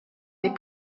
des